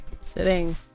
Sitting